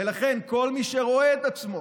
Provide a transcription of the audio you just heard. ולכן, כל מי שרואה את עצמו